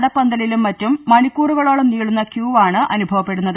നടപ്പന്തലിലും മറ്റും മണിക്കൂറുക ളോളം നീളുന്ന ക്യൂവാണ് അനുഭവപ്പെടുന്നത്